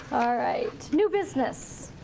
alright, new business.